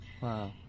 Wow